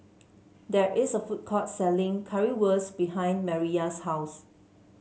there is a food court selling Currywurst behind Mariyah's house